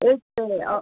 एक पर है औ